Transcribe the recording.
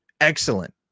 excellent